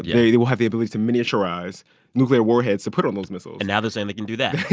yeah. they they will have the ability to miniaturize nuclear warheads to put on those missiles and now they're saying they can do that